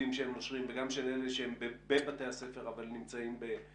וגם של אלה שנמצאים בבתי הספר והם במצוקה,